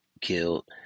killed